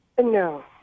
No